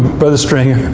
brother stringer.